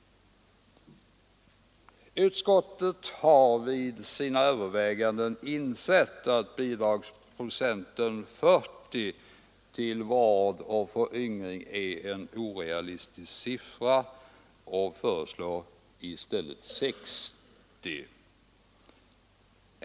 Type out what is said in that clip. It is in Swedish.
Utskottet har vid sina överväganden insett att bidragsprocenten 40 till vård och föryngring är en orealistisk siffra och föreslår i stället 60.